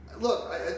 look